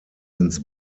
ins